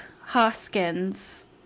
Hoskins